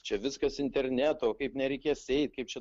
čia viskas internetu kaip nereikės eit kaip čia